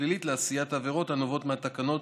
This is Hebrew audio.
הפלילית לעשיית עבירות הנובעות מהתקנות,